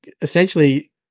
essentially